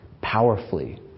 powerfully